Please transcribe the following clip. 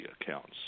accounts